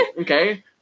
okay